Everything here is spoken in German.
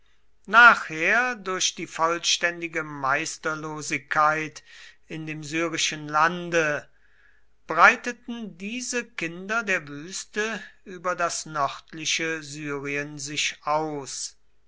nachher durch die vollständige meisterlosigkeit in dem syrischen lande breiteten diese kinder der wüste über das nördliche syrien sich aus